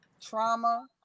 trauma